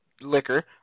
liquor